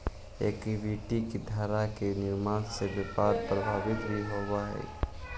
equity धारक के निर्णय से व्यापार प्रभावित भी होवऽ हइ